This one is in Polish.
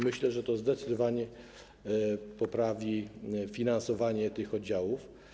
Myślę, że to zdecydowanie poprawi finansowanie tych oddziałów.